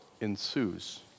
ensues